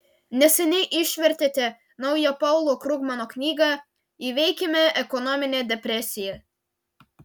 neseniai išvertėte naują paulo krugmano knygą įveikime ekonominę depresiją